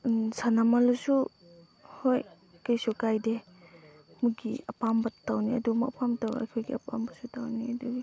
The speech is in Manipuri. ꯁꯥꯟꯅꯃꯜꯂꯁꯨ ꯍꯣꯏ ꯀꯩꯁꯨ ꯀꯥꯏꯗꯦ ꯃꯣꯏꯒꯤ ꯑꯄꯥꯝꯕ ꯇꯧꯅꯤ ꯑꯗꯣ ꯃꯐꯝꯗꯣ ꯑꯩꯈꯣꯏꯒꯤ ꯑꯄꯥꯝꯕꯁꯨ ꯇꯧꯅꯤ ꯑꯗꯨꯒꯤ